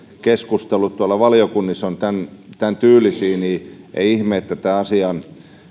keskustelu tuolla valiokunnissa on tämäntyylistä niin ei ihme että tämän asian